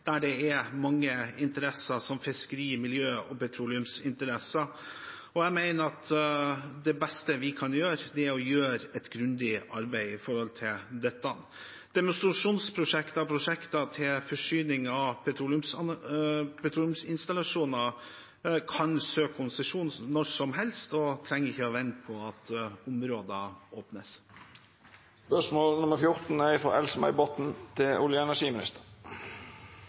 mange interesser, som fiskeri-, miljø- og petroleumsinteresser. Jeg mener det beste vi kan gjøre, er et grundig arbeid med dette. Demonstrasjonsprosjekter, prosjekter til forsyning av petroleumsinstallasjoner, kan det søkes konsesjon om når som helst. Man trenger ikke vente på at områder åpnes. Jeg vil stille spørsmål til olje- og energiministeren.